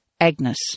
Agnes